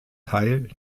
teil